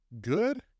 good